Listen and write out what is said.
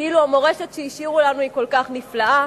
כאילו המורשת שהשאירו לנו כל כך נפלאה.